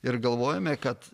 ir galvojome kad